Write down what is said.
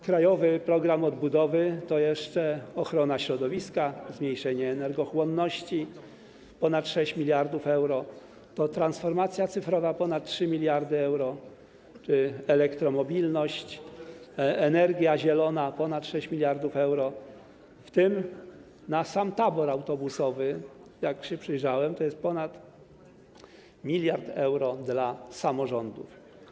Krajowy program odbudowy to jeszcze ochrona środowiska, zmniejszenie energochłonności: ponad 6 mld euro, to transformacja cyfrowa: ponad 3 mld euro, to elektromobilność, energia zielona: ponad 6 mld euro, w tym na sam tabór autobusowy, jak się przyjrzałem, jest ponad 1 mld euro dla samorządów.